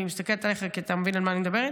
אני מסתכלת עליך כי אתה מבין על מה אני מדברת,